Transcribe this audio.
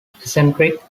eccentric